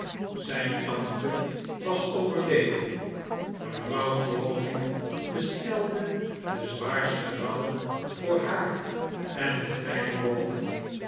zijn tante was overleden mevrouw crawley bestelde den zwaarsten rouw voor haar en den kleinen